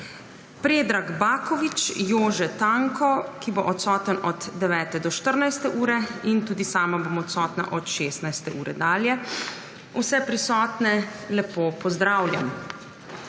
Predrag Baković, Jože Tanko od 9. do 14. ure in tudi sama bom odsotna od 16. ure dalje. Vse prisotne lepo pozdravljam!